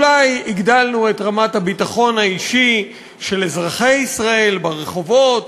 אולי הגדלנו את רמת הביטחון האישי של אזרחי ישראל ברחובות,